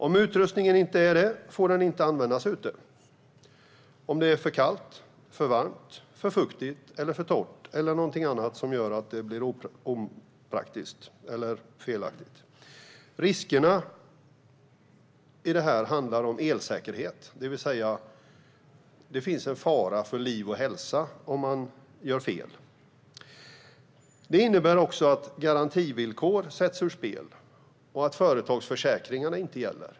Om utrustningen inte är det får den inte användas ute om det är för kallt, för varmt, för fuktigt eller för torrt eller något annat som gör att det blir opraktiskt eller felaktigt. Riskerna här handlar om elsäkerhet, det vill säga att det finns fara för liv och hälsa om man gör fel. Det innebär också att garantivillkor sätts ur spel och att företagsförsäkringarna inte gäller.